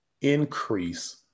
increase